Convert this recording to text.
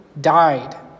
died